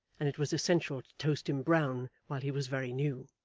and it was essential to toast him brown while he was very new.